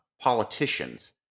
politicians